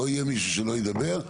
לא יהיה מישהו שלא ידבר,